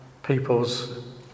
people's